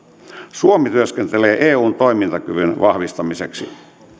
suomi työskentelee eun toimintakyvyn vahvistamiseksi